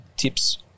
tips